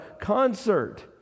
concert